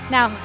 Now